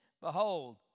behold